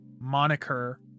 moniker